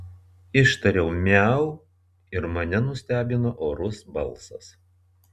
ištariau miau ir mane nustebino orus balsas